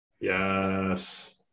Yes